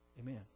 Amen